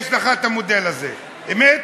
יש לך המודל הזה, אמת?